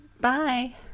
Bye